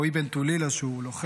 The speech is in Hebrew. רועי בן טולילה שהוא לוחם,